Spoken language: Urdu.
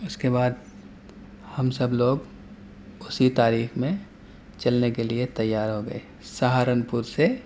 اس کے بعد ہم سب لوگ اسی تاریخ میں چلنے کے لیے تیار ہو گئے سہارنپور سے